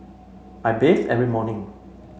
I bathe every morning